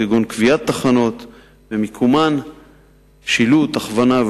כגון קביעת תחנות ומיקומן ושילוט הכוונה,